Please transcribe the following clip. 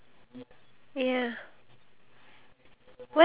um cans bottles